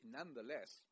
Nonetheless